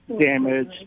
damage